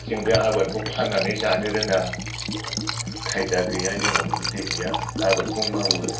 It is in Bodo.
जों बे आबादखौ फान्नानै जानो रोङा खायदा गैया जोंनाव बुद्दि गैया आबादखौ मावो